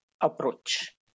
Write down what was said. approach